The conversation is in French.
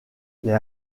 les